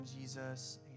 Jesus